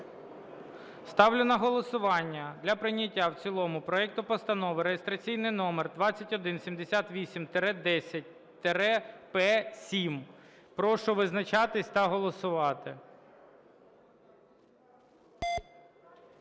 ставлю на голосування пропозицію про прийняття в цілому проекту Постанови реєстраційний номер 2178-10-П12. Прошу визначатись та голосувати.